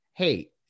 hey